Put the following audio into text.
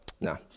no